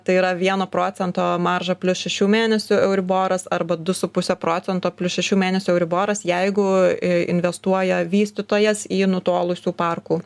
tai yra vieno procento marža plius šešių mėnesių euriboras arba du su puse procento plius šešių mėnesių euriboras jeigu i investuoja vystytojas į nutolusių parkų